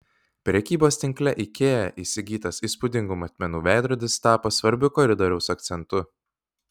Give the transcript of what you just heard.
prekybos tinkle ikea įsigytas įspūdingų matmenų veidrodis tapo svarbiu koridoriaus akcentu